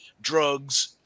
drugs